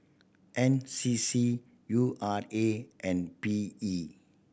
N C C U R A and P E